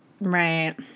Right